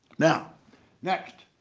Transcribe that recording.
now next,